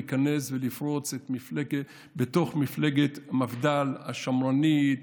להיכנס ולפרוץ בתוך מפלגת מפד"ל השמרנית,